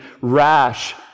rash